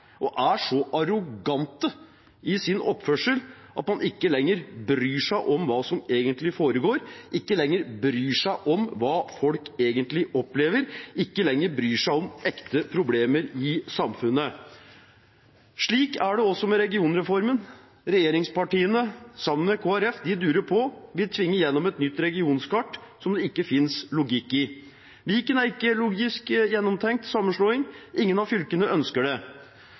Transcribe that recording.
og er så arrogant i sin oppførsel at man ikke lenger bryr seg om hva som egentlig foregår, ikke lenger bryr seg om hva folk egentlig opplever, ikke lenger bryr seg om ekte problemer i samfunnet. Slik er det også med regionreformen. Regjeringspartiene sammen med Kristelig Folkeparti durer på. De tvinger gjennom et nytt regionkart som det ikke finnes logikk i. Viken er ikke en logisk gjennomtenkt sammenslåing. Ingen av fylkene ønsker det.